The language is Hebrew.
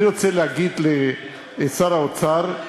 אני רוצה להגיד לשר האוצר,